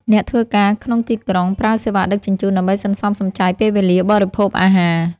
អ្នកធ្វើការក្នុងទីក្រុងប្រើសេវាដឹកជញ្ជូន ដើម្បីសន្សំសំចៃពេលវេលាបរិភោគអាហារ។